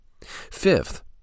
Fifth